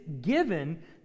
given